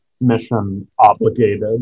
mission-obligated